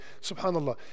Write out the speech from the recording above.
Subhanallah